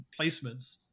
placements